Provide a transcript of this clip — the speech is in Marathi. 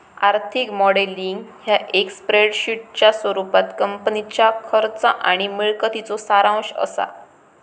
आर्थिक मॉडेलिंग ह्या एक स्प्रेडशीटच्या स्वरूपात कंपनीच्या खर्च आणि मिळकतीचो सारांश असा